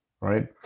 right